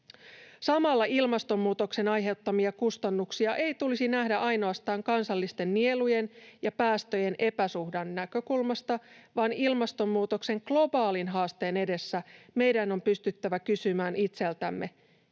Samalla ilmastonmuutoksen aiheuttamia kustannuksia ei tulisi nähdä ainoastaan kansallisten nielujen ja päästöjen epäsuhdan näkökulmasta, vaan ilmastonmuutoksen globaalin haasteen edessä meidän on pystyttävä kysymään itseltämme,